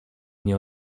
nie